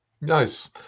Nice